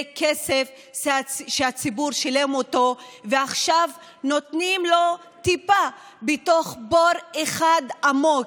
זה כסף שהציבור שילם ועכשיו נותנים לו טיפה בתוך בור אחד עמוק,